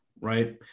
right